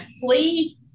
flee